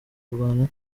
kurwana